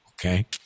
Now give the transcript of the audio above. okay